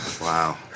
Wow